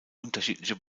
unterschiedliche